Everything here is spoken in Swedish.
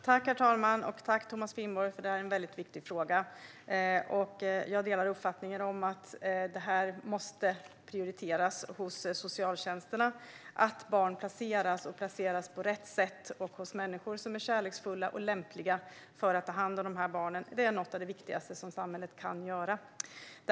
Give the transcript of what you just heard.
Herr talman! Tack, Thomas Finnborg! Det är en väldigt viktig fråga. Jag delar uppfattningen att det här måste prioriteras hos socialtjänsterna. Att barn placeras, och placeras på rätt sätt, hos människor som är kärleksfulla och lämpliga att ta hand om de här barnen är något av det viktigaste samhället kan göra.